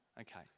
Okay